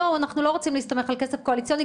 בואו, אנחנו לא רוצים להסתמך על כסף קואליציוני.